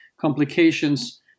complications